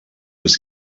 was